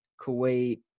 Kuwait